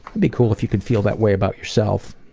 be cool if you could feel that way about yourself.